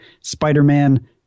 Spider-Man